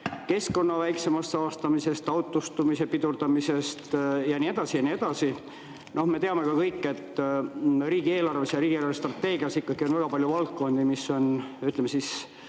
keskkonna väiksemast saastamisest, autostumise pidurdamisest ja nii edasi ja nii edasi. Me teame ka kõik, et riigieelarves ja riigi eelarvestrateegias on väga palju valdkondi, mis on, ütleme